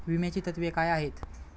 विम्याची तत्वे काय आहेत?